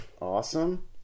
Awesome